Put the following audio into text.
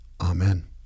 Amen